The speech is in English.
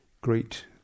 great